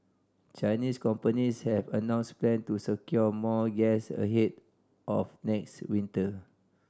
Chinese companies have announced plan to secure more gas ahead of next winter